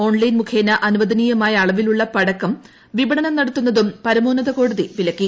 online മുഖേന അനുവദനീയമായ അളവിലധികം പടക്കം വിപണനം നടത്തുന്നതും പരമോന്നത കോടതി വിലക്കി